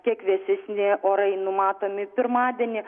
kiek vėsesni orai numatomi pirmadienį